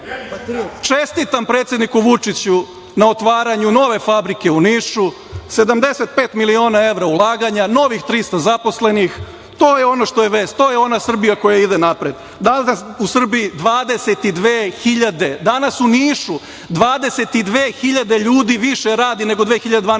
čestitam predsedniku Vučiću na otvaranju nove fabrike u Nišu, 75 miliona evra ulaganja, novih 300 zaposlenih. To je ono što je vest. To je ona Srbija koja ide napred. Danas u Srbiji 22.000, danas u Nišu 22.000 ljudi više radi nego 2012.